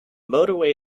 motorway